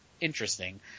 interesting